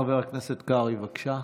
חבר הכנסת קרעי, בבקשה.